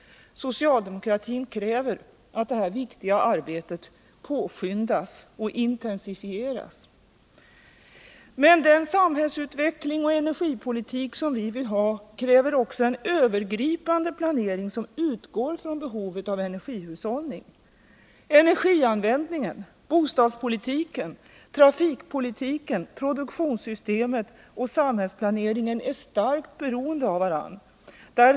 Socialdemokratin kräver att detta viktiga arbete påskyndas och intensifieras. Men den samhällsutveckling och energipolitik som vi vill ha kräver också en övergripande planering som utgår ifrån behovet av energihushållning. Energianvändningen, bostadspolitiken, trafikpolitiken, produktionssystemet och samhällsplaneringen är starkt beroende av varandra.